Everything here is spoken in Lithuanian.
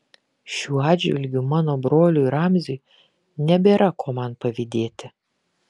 šiuo atžvilgiu mano broliui ramziui nebėra ko man pavydėti